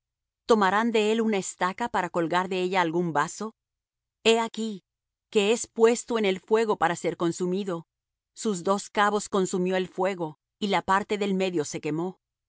tomarán de él una estaca para colgar de ella algún vaso he aquí que es puesto en el fuego para ser consumido sus dos cabos consumió el fuego y la parte del medio se quemó